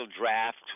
draft